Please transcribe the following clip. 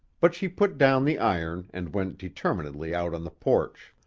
but she put down the iron and went determinedly out on the porch.